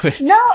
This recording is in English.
No